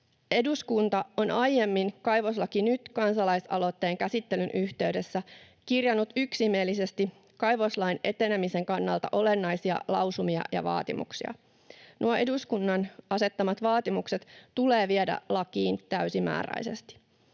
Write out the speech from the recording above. Eduskunta on aiemmin Kaivoslaki Nyt -kansalaisaloitteen käsittelyn yhteydessä kirjannut yksimielisesti kaivoslain etenemisen kannalta olennaisia lausumia ja vaatimuksia. Nuo eduskunnan asettamat vaatimukset tulee viedä lakiin täysimääräisesti.